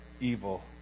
evil